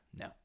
No